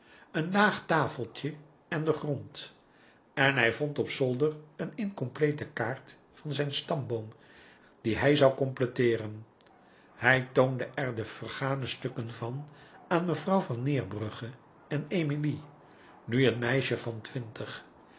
een laag tafeltje en den grond en hij vond op zolder een incomplete kaart van zijn stamboom die hij zoû completeeren hij toonde er de vergane stukken van aan mevrouw van neerbrugge en emilie nu een meisje van twintig